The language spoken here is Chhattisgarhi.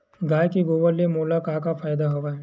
गाय के गोबर ले मोला का का फ़ायदा हवय?